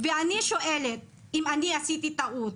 ואני שואלת, אם אני עשיתי טעות,